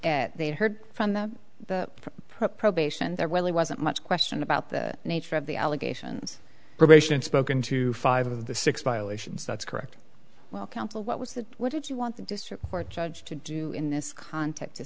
at they heard from the probation there really wasn't much question about the nature of the allegations probation spoken to five of the six violations that's correct well counsel what was that what did you want the district court judge to do in this context it